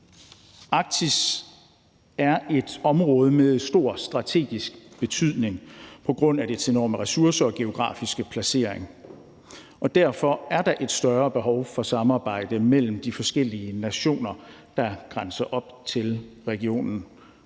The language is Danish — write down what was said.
Arktis er et område med stor strategisk betydning på grund af dets enorme ressourcer og geografiske placering. Derfor er der et større behov for samarbejde mellem de forskellige nationer, der grænser op til regionen,